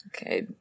Okay